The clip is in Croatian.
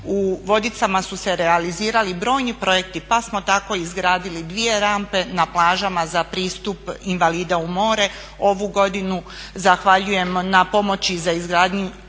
u Vodicama su se realizirali brojni projekti, pa smo tako izgradili dvije rampe na plažama za pristup invalida u more. Ovu godinu zahvaljujemo na pomoći za izgradnju